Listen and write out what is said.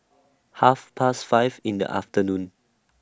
Half Past five in The afternoon